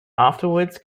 afterwards